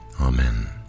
Amen